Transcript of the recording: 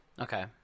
Okay